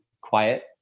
quiet